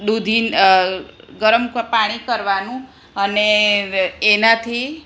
દૂધી ગરમ પાણી કરવાનું અને એનાથી